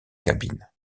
cabine